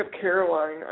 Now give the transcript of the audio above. Caroline